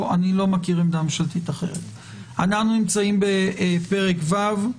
אנחנו נמצאים בפרק ו',